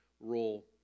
role